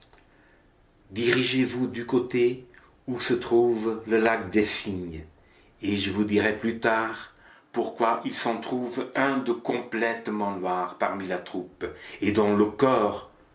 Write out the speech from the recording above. dirigez vous du côté où se trouve le lac des cygnes et je vous dirai plus tard pourquoi il s'en trouve un de complètement noir parmi la troupe et dont le corps